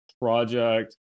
project